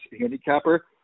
handicapper